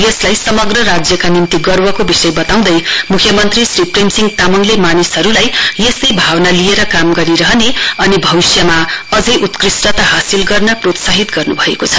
यसलाई समग्र राज्यका निम्ति गर्वको विषय बताउँदै मुख्यमन्त्री श्री प्रेमसिंह तामङले मानिसहरुल लाई यस्तै भावना लिएर काम गरिरहने अनि भविष्यमा अझै उत्कृष्टता हासिल गर्न प्रोत्साहित गर्नुभएको छ